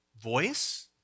voice